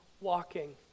walking